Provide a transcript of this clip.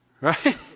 right